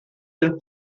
den